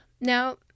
Now